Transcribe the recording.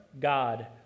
God